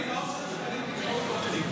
האם חבר הכנסת אושר שקלים